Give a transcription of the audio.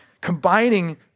combining